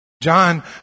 John